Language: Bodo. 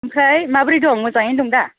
ओमफ्राय माबोरै दं मोजाङै दं दा